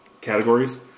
categories